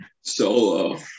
solo